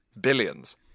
billions